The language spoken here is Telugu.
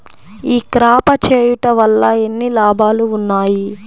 ఈ క్రాప చేయుట వల్ల ఎన్ని లాభాలు ఉన్నాయి?